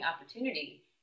opportunity